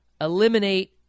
eliminate